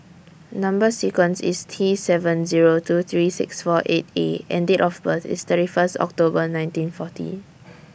Number sequence IS T seven Zero two three six four eight A and Date of birth IS thirty First October nineteen forty